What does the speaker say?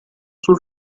suo